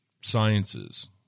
sciences